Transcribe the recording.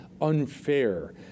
unfair